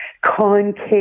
concave